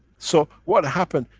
so what happened?